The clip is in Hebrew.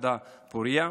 פוריה,